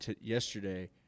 yesterday